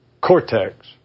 cortex